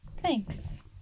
thanks